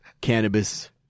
cannabis